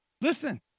Listen